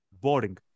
boring